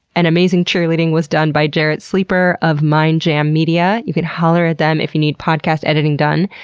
and amazing cheerleading was done by jarrett sleeper of mindjam media, you can holler at them if you need podcast editing done.